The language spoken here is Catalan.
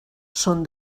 són